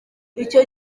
icyo